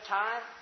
time